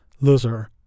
Loser